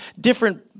different